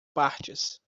partes